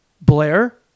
Blair